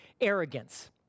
arrogance